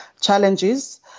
challenges